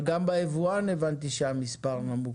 אבל גם ביבואן הבנתי שהמספר נמוך מדי.